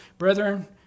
Brethren